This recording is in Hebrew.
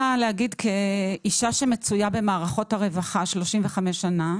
כאישה שמצויה במערכות הרווחה 35 שנים,